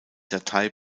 datei